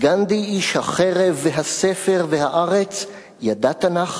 גנדי איש החרב והספר והארץ ידע תנ"ך,